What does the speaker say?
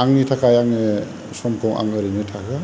आंनि थाखाय आङो समखौ आं ओरैनो थाहोआ